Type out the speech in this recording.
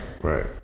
right